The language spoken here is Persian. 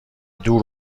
دور